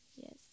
Yes